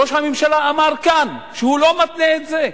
ראש הממשלה אמר כאן שהוא לא מתנה את זה,